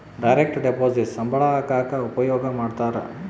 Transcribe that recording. direct deposit ಸಂಬಳ ಹಾಕಕ ಉಪಯೋಗ ಮಾಡ್ತಾರ